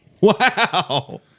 Wow